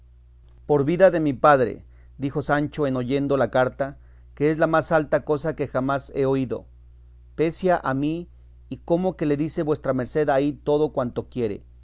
por vida de mi padre dijo sancho en oyendo la carta que es la más alta cosa que jamás he oído pesia a mí y cómo que le dice vuestra merced ahí todo cuanto quiere